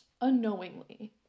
unknowingly